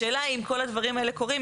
השאלה היא אם כל הדברים האלה קורים,